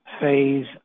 phase